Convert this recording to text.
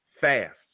fast